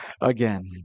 again